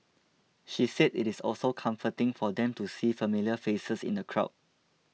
she said it is also comforting for them to see familiar faces in the crowd